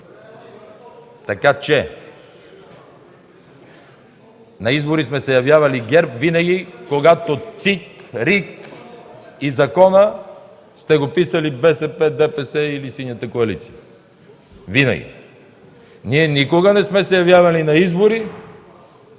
БОРИСОВ: На избори сме се явявали ГЕРБ винаги, когато ЦИК, РИК и закона сте го писали БСП, ДПС или Синята коалиция. Винаги! Ние никога не сме се явявали на избори,